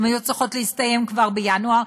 הם היו צריכות להסתיים כבר בינואר.